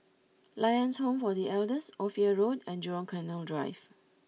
Lions Home for The Elders Ophir Road and Jurong Canal Drive